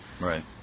Right